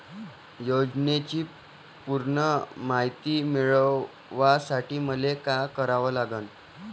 योजनेची पूर्ण मायती मिळवासाठी मले का करावं लागन?